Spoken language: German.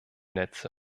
netze